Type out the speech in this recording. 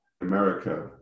America